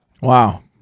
Wow